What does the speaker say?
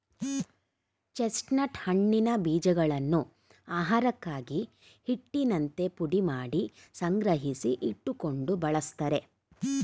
chestnut ಹಣ್ಣಿನ ಬೀಜಗಳನ್ನು ಆಹಾರಕ್ಕಾಗಿ, ಹಿಟ್ಟಿನಂತೆ ಪುಡಿಮಾಡಿ ಸಂಗ್ರಹಿಸಿ ಇಟ್ಟುಕೊಂಡು ಬಳ್ಸತ್ತರೆ